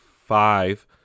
five